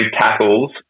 tackles